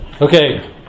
Okay